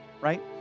Right